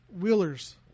wheelers